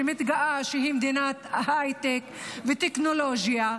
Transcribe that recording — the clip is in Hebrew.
שמתגאה שהיא מדינת הייטק וטכנולוגיה,